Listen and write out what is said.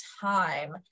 time